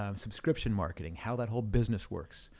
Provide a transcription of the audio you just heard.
um subscription marketing, how that whole business works.